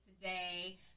today